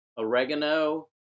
Oregano